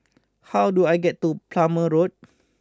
how do I get to Plumer Road